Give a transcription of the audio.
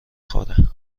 خوره